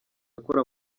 akora